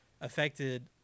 affected